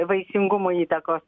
vaisingumui įtakos